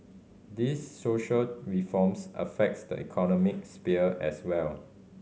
these social reforms affects the economic sphere as well